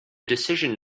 decision